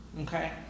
Okay